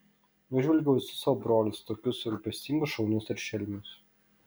nužvelgiau visus savo brolius tokius rūpestingus šaunius ir šelmius